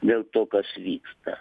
dėl to kas vyksta